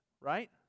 right